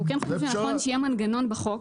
אנחנו כן חושבים שנכון שיהיה מנגנון בחוק,